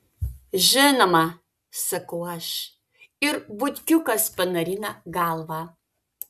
žinoma sakau aš ir butkiukas panarina galvą